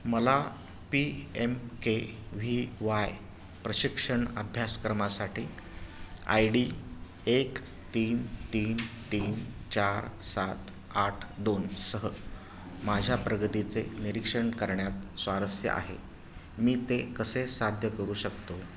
मला P M K V Y प्रशिक्षण अभ्यासक्रमासाठी आय डी एक तीन तीन तीन चार सात आठ दोन सह माझ्या प्रगतीचे निरीक्षण करण्यात स्वारस्य आहे मी ते कसे साध्य करू शकतो